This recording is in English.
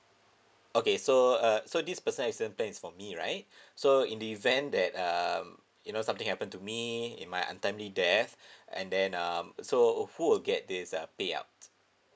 okay so uh so this personal accident plans for me right so in the event that um you know something happen to me in my untimely death and then um so who will get this uh payout